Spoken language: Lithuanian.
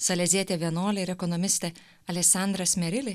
salezietė vienuolė ir ekonomistė alesandra smerili